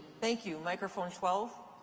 thank you. microphone twelve?